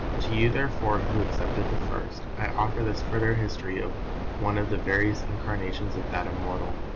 to you therefore who accepted the first, i offer this further history of one of the various incarnations of that immortal.